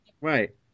Right